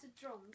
drums